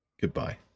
Goodbye